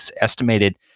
Estimated